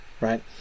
right